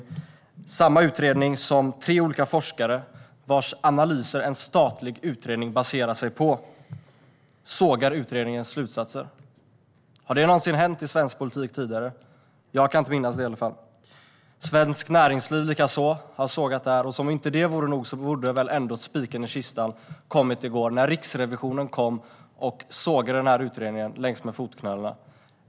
Det är samma utredning som tre olika forskare, vars analyser en statlig utredning baserar sig på, sågar slutsatserna i. Har det någonsin tidigare hänt i svensk politik? Jag kan i alla fall inte minnas det. Även Svenskt Näringsliv har sågat utredningen. Som om inte det vore nog bör väl spiken i kistan ha kommit i går, när Riksrevisionen sågade utredningen jäms med fotknölarna.